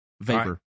Vapor